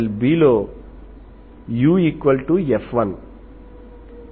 లో uf1